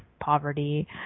Poverty